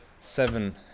seven